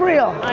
real.